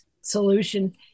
solution